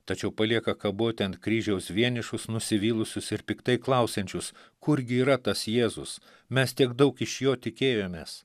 tačiau palieka kaboti ant kryžiaus vienišus nusivylusius ir piktai klausiančius kurgi yra tas jėzus mes tiek daug iš jo tikėjomės